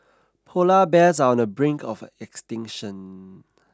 polar bears are on the brink of extinction